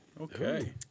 Okay